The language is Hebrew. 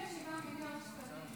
67 מיליון שקלים.